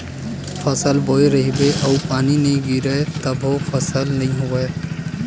फसल बोए रहिबे अउ पानी नइ गिरिय तभो फसल नइ होवय